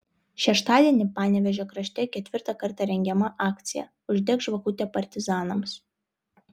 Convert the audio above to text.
šeštadienį panevėžio krašte ketvirtą kartą rengiama akcija uždek žvakutę partizanams